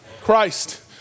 Christ